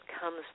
comes